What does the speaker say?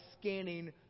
scanning